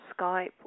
Skype